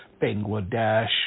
Bangladesh